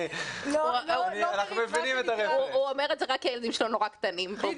אנחנו מבינים את ה-reference.